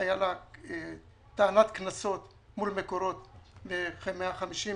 היה לה טענת קנסות מול מקורות של כ-150,